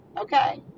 Okay